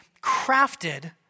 crafted